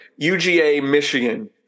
UGA-Michigan